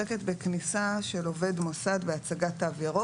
לא תתקיים התקהלות, נגיד של 50 איש היום?